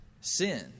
sin